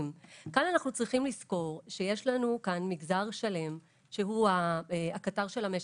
כאן אנחנו צריכים לזכור שיש כאן מגזר שלם שהוא הקטר של המשק,